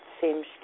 seems